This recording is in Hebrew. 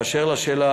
2. באשר לשאלה,